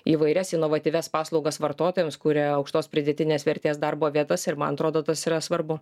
įvairias inovatyvias paslaugas vartotojams kuria aukštos pridėtinės vertės darbo vietas ir man atrodo tas yra svarbu